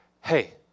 hey